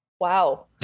Wow